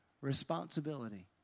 responsibility